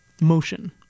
motion